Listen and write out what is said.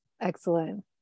Excellent